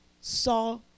saw